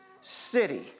city